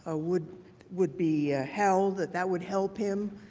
ah would would be held, that that would help him,